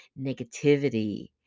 negativity